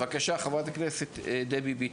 בבקשה, חברת הכנסת דבי ביטון.